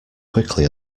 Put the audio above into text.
quickly